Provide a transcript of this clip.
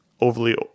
overly